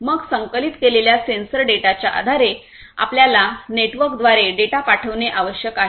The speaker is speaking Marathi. मग संकलित केलेल्या सेन्सर डेटाच्या आधारे आपल्याला नेटवर्कद्वारे डेटा पाठविणे आवश्यक आहे